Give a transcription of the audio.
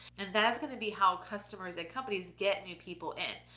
and that's gonna be how customers and companies, get new people in.